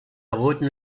roten